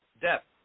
depth